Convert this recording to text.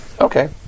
Okay